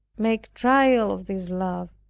make trial of this love,